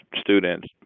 students